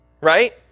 right